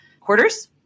quarters